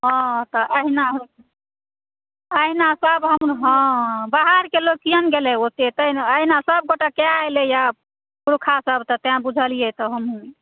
हँ तऽ एहिना होइ छै एहिना सब हँ बाहर के लोक कए ने गेलै ओते एहिना सब गोटे कए एलै यऽ पुरखा सब तऽ तैं बुझलियै तऽ हमहूँ